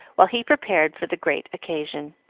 while he prepared for the great occasion.